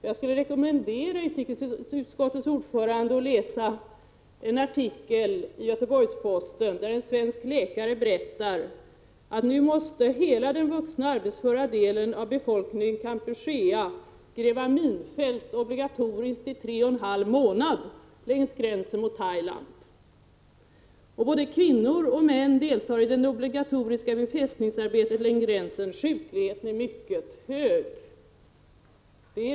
Jag skulle vilja rekommendera utrikesutskottets ordförande att läsa en artikel i Göteborgs-Posten, där en svensk läkare berättar att nu måste hela den vuxna arbetsföra delen av befolkningen i Kampuchea nu måste gräva minfält under tre och en halv månad längs gränsen mot Thailand. Både kvinnor och män deltar i det obligatoriska befästningsarbetet längs gränsen. Sjukligheten är mycket hög.